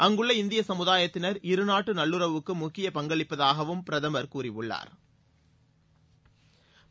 அங்குள்ள இந்திய சமுதாயத்தினர் இரு நாட்டு நல்லுறவுக்கு முக்கிய பங்களிப்பதாகவும் பிரதமர் திரு நரேந்திர மோடி கூறியுள்ளார்